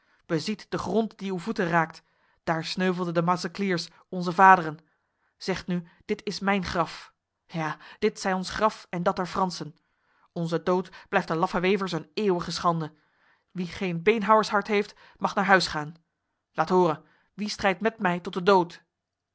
beziet de grond die uw voeten raakt daar sneuvelden de macecliers onze vaderen zegt nu dit is mijn graf ja dit zij ons graf en dat der fransen onze dood blijft de laffe wevers een eeuwige schande wie geen beenhouwershart heeft mag naar huis gaan laat horen wie strijdt met mij tot de dood